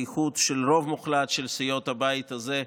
איחוד של רוב מוחלט של סיעות הבית הזה,